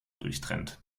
durchtrennt